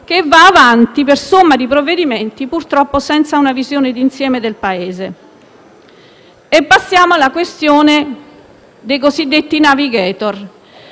che va avanti per somma di provvedimenti, purtroppo senza una visione d'insieme del Paese. Passiamo alla questione dei cosiddetti *navigator*.